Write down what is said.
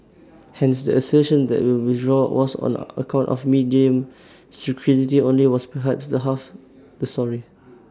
hence the assertion that the withdrawal was on account of media scrutiny only was perhaps half the story